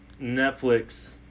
Netflix